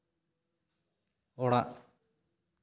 ᱚᱲᱟᱜ